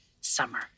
summer